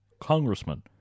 congressman